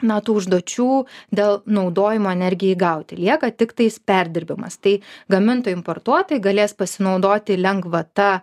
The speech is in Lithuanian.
na tų užduočių dėl naudojimo energijai gauti lieka tiktais perdirbimas tai gamintojai importuotojai galės pasinaudoti lengvata